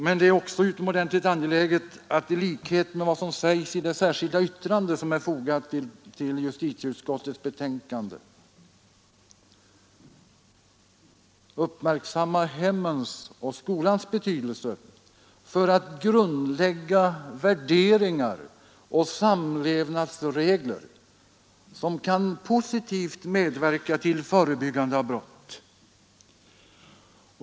Men det är också utomordentligt angeläget att, såsom sägs i det särskilda yttrande som är fogat till justitieutskottets betänkande, uppmärksamma hemmens och skolans betydelse för att grundlägga värderingar och samlevnadsregler som positivt kan medverka till förebyggande av brott.